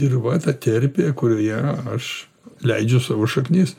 ir va ta terpė kurioje aš leidžiu savo šaknis